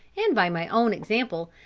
and by my own example,